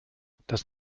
das